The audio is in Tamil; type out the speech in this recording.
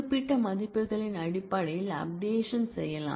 குறிப்பிட்ட மதிப்புகளின் அடிப்படையில் அப்டேஷன் செய்யலாம்